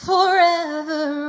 Forever